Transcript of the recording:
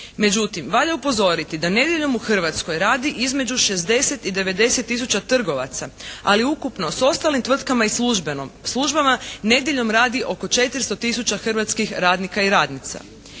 Međutim, valja upozoriti da nedjeljom u Hrvatskoj radi između 60 i 90000 trgovaca. Ali ukupno s ostalim tvrtkama i službama nedjeljom radi oko 400 000 hrvatskih radnika i radnica.